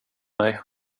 mig